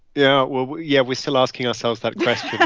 yeah. well, yeah, we're still asking ourselves that question yeah